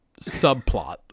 subplot